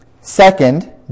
second